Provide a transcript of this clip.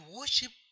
worship